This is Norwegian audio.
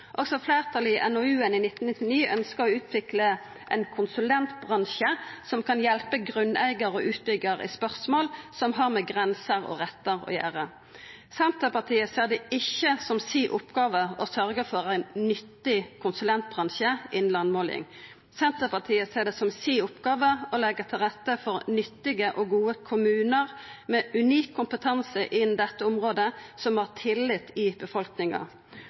Også fleirtalet i NOU-en i 1999 ønskte «å utvikle en konsulentbransje som kan bistå grunneier og utbyggere i spørsmål som har med grenser og rettigheter å gjøre Senterpartiet ser det ikkje som si oppgåve å sørgja for ein nyttig konsulentbransje innan landmåling. Senterpartiet ser det som si oppgåve å leggja til rette for nyttige og gode kommunar med unik kompetanse innan dette området, som har tillit i befolkninga.